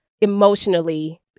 emotionally